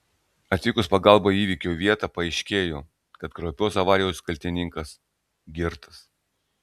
atvykus pagalbai į įvykio vietą paaiškėjo kad kraupios avarijos kaltininkas girtas